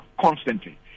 constantly